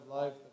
life